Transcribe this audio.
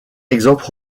exemple